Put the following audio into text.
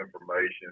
information